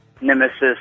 nemesis